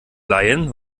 laien